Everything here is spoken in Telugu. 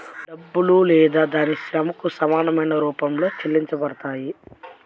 డబ్బులో లేదా దాని శ్రమకు సమానమైన రూపంలో చెల్లించబడతాయి